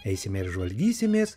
eisime ir žvalgysimės